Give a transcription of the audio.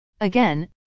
Again